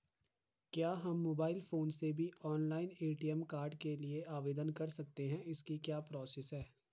क्या हम mobile phone से भी ऑनलाइन ए.टी.एम कार्ड के लिए आवेदन कर सकते हैं इसकी क्या प्रोसेस है?